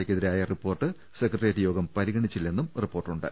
എക്കെതിരായ report secretariat യോഗം പരിഗണിച്ചില്ലെന്നും റിപ്പോർട്ടുണ്ട്